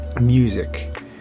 music